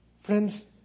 Friends